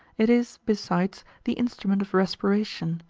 it is, besides, the instrument of respiration,